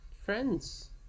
friends